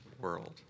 world